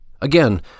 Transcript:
Again